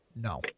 No